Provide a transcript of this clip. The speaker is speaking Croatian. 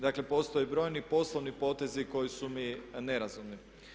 Dakle, postoje brojni poslovni potezi koji su mi nerazumni.